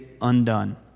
undone